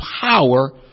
power